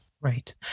Right